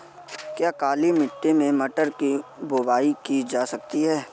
क्या काली मिट्टी में मटर की बुआई की जा सकती है?